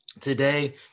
today